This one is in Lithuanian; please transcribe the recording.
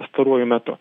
pastaruoju metu